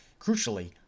Crucially